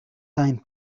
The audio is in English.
time